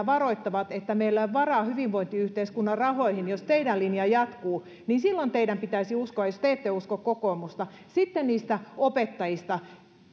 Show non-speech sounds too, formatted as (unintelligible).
(unintelligible) varoittavat että meillä ei ole varaa hyvinvointiyhteiskunnan rahoihin jos teidän linjanne jatkuu niin silloin teidän pitäisi uskoa jos te ette usko kokoomusta sitten niistä opettajista